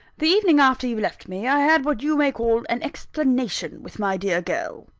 the evening after you left me, i had what you may call an explanation with my dear girl.